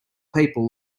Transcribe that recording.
people